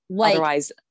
Otherwise